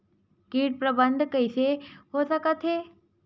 कीट प्रबंधन कइसे हो सकथे?